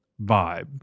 vibe